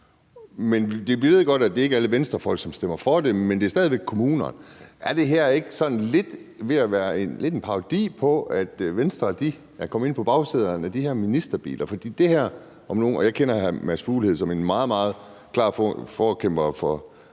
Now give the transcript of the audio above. at det ikke er alle Venstrefolk, der stemmer for det, men det er stadig væk kommunerne. Er det her ikke lidt ved at være en parodi, at Venstre er kommet ind på bagsæderne af de her ministerbiler? Jeg kender hr. Mads Fuglede som en meget, meget klar forkæmper for